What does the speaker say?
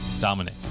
Dominic